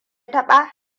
taɓa